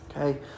okay